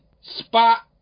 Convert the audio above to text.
spot